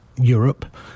Europe